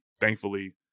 Thankfully